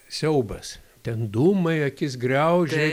siaubas ten dūmai akis griaužia